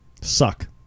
Suck